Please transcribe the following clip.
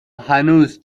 هنوز